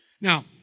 Now